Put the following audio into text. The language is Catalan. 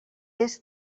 est